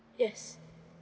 yes